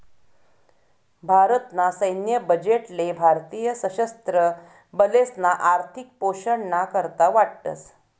भारत ना सैन्य बजेट ले भारतीय सशस्त्र बलेसना आर्थिक पोषण ना करता वाटतस